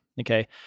okay